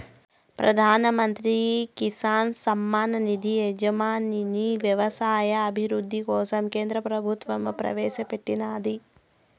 ప్రధాన్ మంత్రి కిసాన్ సమ్మాన్ నిధి యోజనని వ్యవసాయ అభివృద్ధి కోసం కేంద్ర ప్రభుత్వం ప్రవేశాపెట్టినాది